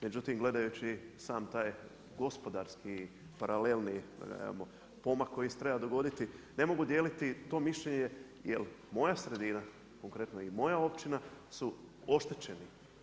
Međutim, gledajući sam taj gospodarski paralelni pomak koji se treba dogoditi, ne mogu dijeliti to mišljenje jer moja sredina konkretno i moja općina su oštećeni.